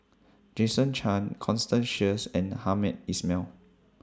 Jason Chan Constance Sheares and Hamed Ismail